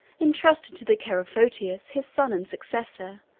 intrusted to the care of photius his son and successor,